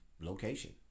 location